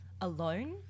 alone